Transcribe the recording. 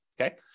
okay